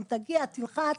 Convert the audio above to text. אם תגיע תלחץ.